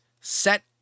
set